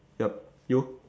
yup you